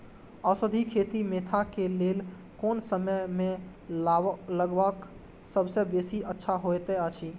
औषधि खेती मेंथा के लेल कोन समय में लगवाक सबसँ बेसी अच्छा होयत अछि?